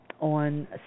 on